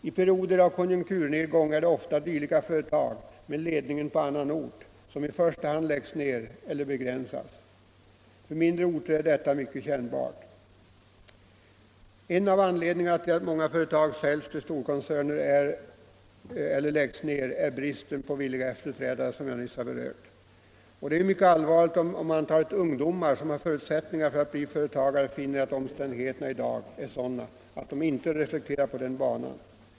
I perioder av konjunkturnedgång är det ofta företag med ledningen på annan ort som läggs ner eller får begränsa sin verksamhet. För mindre orter är detta mycket kännbart. En av anledningarna till att många företag säljs till storkoncerner eller läggs ned är den brist på efterträdare som jag förut berört. Det är mycket allvarligt om antalet ungdomar, som har förutsättningar att bli företagare, finner att omständigheterna i dag är sådana att de inte bör reflektera på den banan.